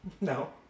No